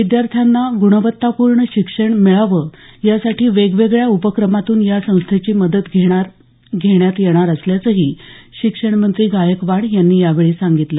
विद्यार्थ्यांना गुणवत्तापूर्ण शिक्षण मिळाव यासाठी वेगवेगळया उपक्रमातून या संस्थेची मदत घेण्यात येणार असल्याचंही शिक्षण मंत्री गायकवाड यांनी यावेळी सांगितलं